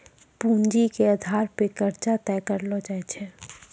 पूंजी के आधार पे कर्जा तय करलो जाय छै